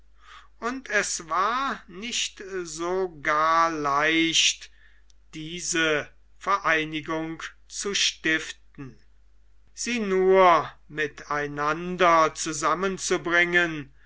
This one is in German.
und es war nicht so gar leicht diese vereinigung zu stiften sie nur mit einander zusammenzubringen